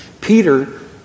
Peter